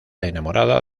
enamorada